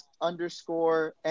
underscore